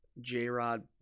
J-Rod